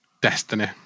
Destiny